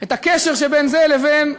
את הקשר שבין זה לבין,